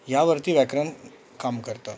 ह्यावरती व्याकरण काम करतं